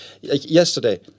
yesterday